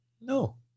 No